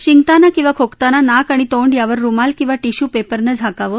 शिंकताना किंवा खोकताना नाक आणि तोंड यावर रुमाल किंवा टिश्यू पेपरनं झाकावं